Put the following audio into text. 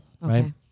Right